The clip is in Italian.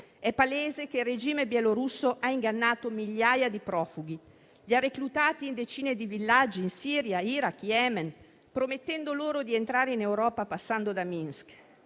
È palese che il regime bielorusso ha ingannato migliaia di profughi, reclutandoli in decine di villaggi in Siria, Iraq e Yemen, promettendo loro di entrare in Europa passando da Minsk.